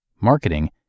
marketing